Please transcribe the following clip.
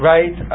Right